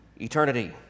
eternity